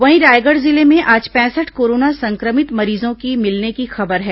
वहीं रायगढ़ जिले में आज पैंसठ कोरोना संक्रमित मरीजों की मिलने की खबर है